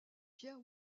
pierre